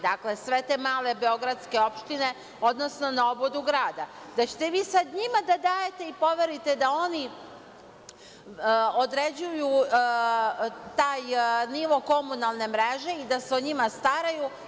Dakle, sve te male beogradske opštine, odnosno na obodu grada, da ćete vi sada njima da dajete i poverite da oni određuju taj nivo komunalne mreže i da se o njima staraju.